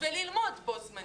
וללמוד בו זמנית?